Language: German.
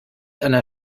einer